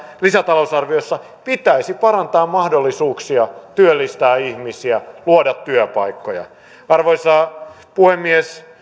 lisätalousarviossa pitäisi parantaa mahdollisuuksia työllistää ihmisiä luoda työpaikkoja arvoisa puhemies